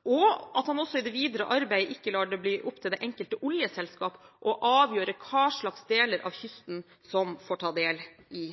og at han også i det videre arbeid ikke lar det bli opp til det enkelte oljeselskap å avgjøre hva slags deler av kysten som får ta del i